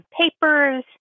papers